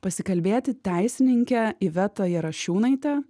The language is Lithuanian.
pasikalbėti teisininkę ivetą jarašiūnaitę